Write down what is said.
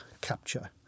capture